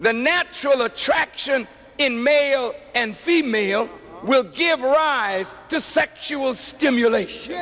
the natural attraction in male and female will give rise to sexual stimulation